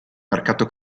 mercato